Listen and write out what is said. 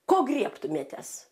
ko griebtumėtės